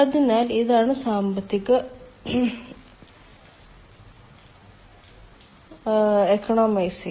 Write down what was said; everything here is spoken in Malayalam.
അതിനാൽ ഇതാണ് സാമ്പത്തിക വിദഗ്ധൻ